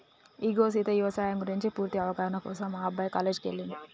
ఇగో సీత యవసాయం గురించి పూర్తి అవగాహన కోసం మా అబ్బాయి కాలేజీకి ఎల్లిండు